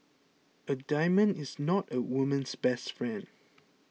a diamond is not a woman's best friend